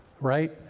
right